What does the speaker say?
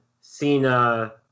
Cena